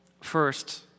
first